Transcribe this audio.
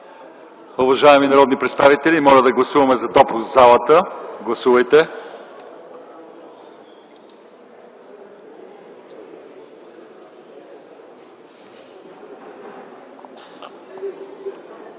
Уважаеми народни представители, моля да гласуваме за допуск в залата. Гласувайте!